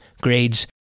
grades